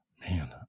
Man